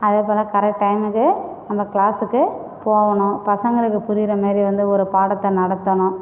அதேபோல் கரெக்ட் டைமுக்கு நம்ம கிளாஸுக்கு போகணும் பசங்களுக்கு புரிகிற மாரி வந்து ஒரு பாடத்தை நடத்தணும்